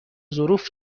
ظروف